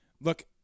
Look